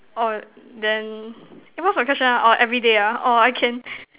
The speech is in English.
oh then eh what's your question oh everyday oh I can